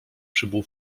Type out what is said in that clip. przybył